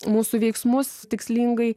mūsų veiksmus tikslingai